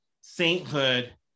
sainthood